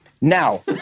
Now